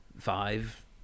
five